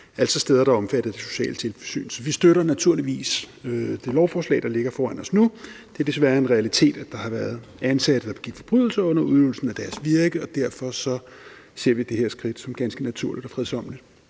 altså steder, der er omfattet af det sociale tilsyn. Så vi støtter naturligvis det lovforslag, der ligger foran os nu. Det er desværre en realitet, at der har været ansatte, der begik forbrydelser under udøvelsen af deres virke, og derfor ser vi det her skridt som ganske naturligt og fredsommeligt.